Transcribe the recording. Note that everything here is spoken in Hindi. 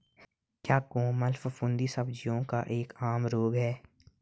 क्या कोमल फफूंदी सब्जियों का एक आम रोग है?